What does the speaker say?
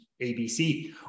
ABC